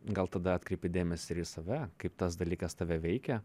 gal tada atkreipi dėmesį ir į save kaip tas dalykas tave veikia